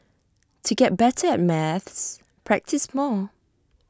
to get better at maths practise more